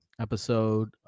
episode